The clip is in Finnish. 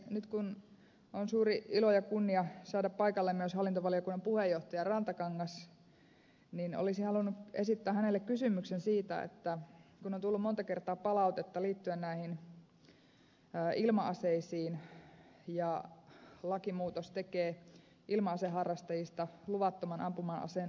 nyt kun on suuri ilo ja kunnia saada paikalle myös hallintovaliokunnan puheenjohtaja rantakangas olisin halunnut esittää hänelle kysymyksen siitä kun on tullut monta kertaa palautetta liittyen näihin ilma aseisiin ja lakimuutos tekee ilma aseharrastajista luvattoman ampuma aseen omistajia